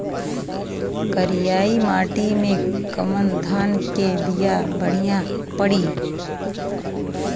करियाई माटी मे कवन धान के बिया बढ़ियां पड़ी?